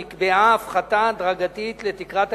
נקבעה הפחתה הדרגתית לתקרת הגירעון,